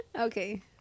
okay